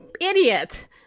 idiot